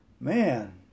Man